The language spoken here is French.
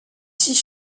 six